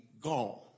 gone